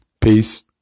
Peace